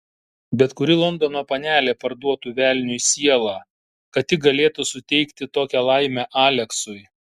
bet kuri londono panelė parduotų velniui sielą kad tik galėtų suteikti tokią laimę aleksui